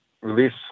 release